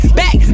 back